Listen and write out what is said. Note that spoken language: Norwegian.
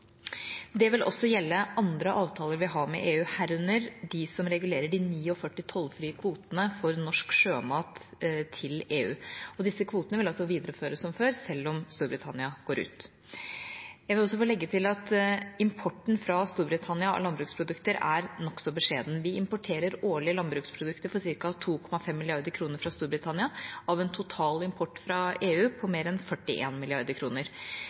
Det vil også gjelde andre avtaler vi har med EU, herunder de som regulerer de 49 tollfrie kvotene for norsk sjømat til EU. Disse kvotene vil altså videreføres som før, selv om Storbritannia går ut. Jeg vil også få legge til at importen fra Storbritannia av landbruksprodukter er nokså beskjeden. Vi importerer årlig landbruksprodukter for ca. 2,5 mrd. kr fra Storbritannia av en total import fra EU på mer enn